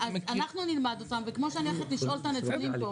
אנחנו נלמד אותם וכמו שאני הולכת לשאול את הנתונים פה,